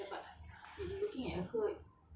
tak nampak macam makcik-makcik